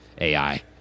AI